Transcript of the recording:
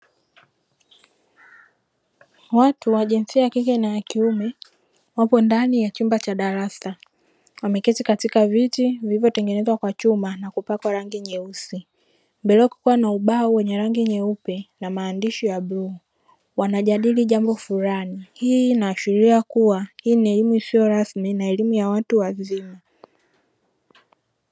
Watu wa jinsia ya kike na ya kiume wapo ndani ya chumba cha darasa wameketi katika viti vilivyotengenezwa kwa chuma na kupakwa rangi nyeusi mbele yao kukiwa na ubao wenye rangi nyeupe na maandishi ya bluu wanajadili jambo fulani, hii ina ashiria kuwa hii ni elimu isiyo rasmi na elimu ya watu wazima.